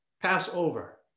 Passover